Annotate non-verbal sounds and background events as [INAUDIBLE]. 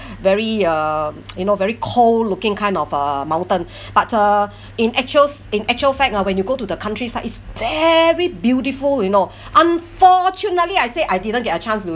very uh [NOISE] you know very cold looking kind of uh mountain but ah in actual in actual fact ah when you go to the countryside it's very beautiful you know unfortunately I say I didn't get a chance to